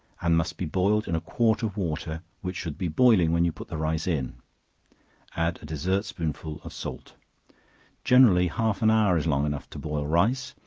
and must be boiled in a quart of water, which should be boiling when you put the rice in add a dessert-spoonful of salt generally half an hour is long enough to boil rice,